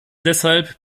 deshalb